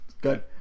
Good